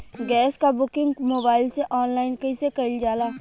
Gas क booking mobile से online कईसे कईल जाला?